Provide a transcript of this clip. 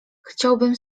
chciałbym